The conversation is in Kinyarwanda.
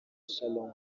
shalom